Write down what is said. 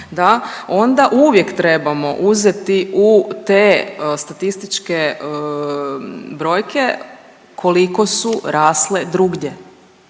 onda uvijek trebamo uzeti u te statističke brojke koliko su rasle drugdje,